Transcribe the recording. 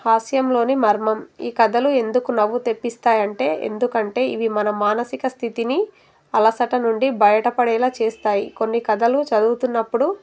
హాస్యంలోని మర్మం ఈ కథలు ఎందుకు నవ్వు తెప్పిస్తాయంటే ఎందుకంటే ఇవి మన మానసిక స్థితిని అలసట నుండి బయటపడేలా చేస్తాయి కొన్ని కథలు చదువుతున్నప్పుడు